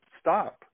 stop